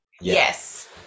Yes